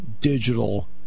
digital